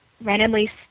randomly